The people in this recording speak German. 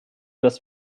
dass